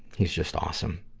he's just awesome.